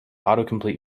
autocomplete